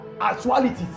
actualities